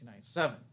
1997